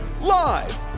Live